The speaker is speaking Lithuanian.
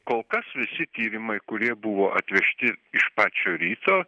kol kas visi tyrimai kurie buvo atvežti iš pačio ryto